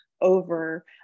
over